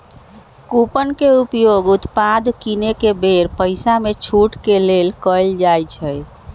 coupon के उपयोग उत्पाद किनेके बेर पइसामे छूट के लेल कएल जाइ छइ